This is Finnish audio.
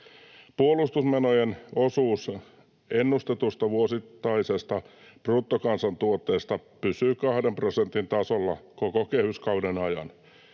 ”Puolustusmenojen osuus ennustetusta vuosittaisesta bruttokansantuotteesta pysyy kahden prosentin tasolla koko kehyskauden ajan.